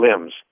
limbs